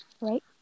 right